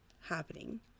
happening